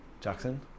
Jackson